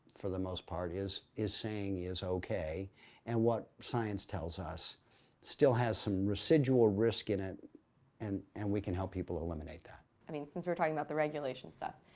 for the most part, is is saying is okay and what science tells us still has some residual risk in it and and we can help people eliminate that. i mean since we're talking about the regulations stuff,